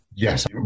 Yes